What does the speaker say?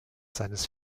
seines